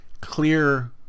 clear